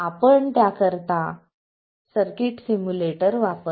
आपण त्याकरिता circuit simulator वापरता